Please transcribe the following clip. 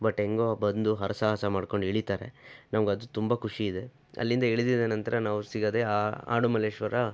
but ಹೆಂಗೋ ಬಂದು ಹರಸಾಹಸ ಮಾಡ್ಕೊಂಡು ಇಳಿತಾರೆ ನಮ್ಗೆ ಅದು ತುಂಬಾ ಖುಷಿಯಿದೆ ಅಲ್ಲಿಂದ ಇಳ್ದಿದ ನಂತರ ನಾವು ಸಿಗೋದೇ ಆ ಆಡುಮಲ್ಲೇಶ್ವರ